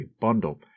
bundle